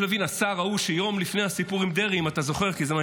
את השר יריב לוין,